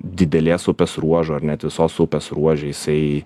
didelės upės ruožo ar net visos upės ruože jisai